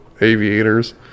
aviators